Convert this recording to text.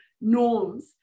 norms